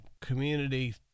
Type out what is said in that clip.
community